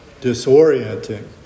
disorienting